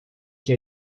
que